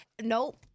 Nope